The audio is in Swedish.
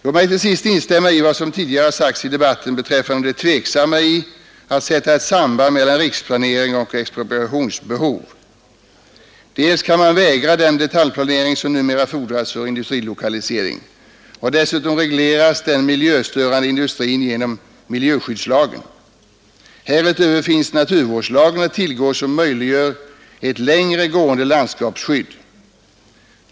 Låt mig till sist instämma i vad som tidigare sagts i debatten beträffande det tvivelaktiga i att sätta ett samband mellan riksplanering och expropriationsbehov. Dels kan man vägra den detaljplanering som numera fordras för industrilokalisering, dels regleras den miljöstörande industrin genom miljöskyddslagen. Härutöver finns naturvårdslagen att tillgå som möjliggör ett längre gående landskapsskydd.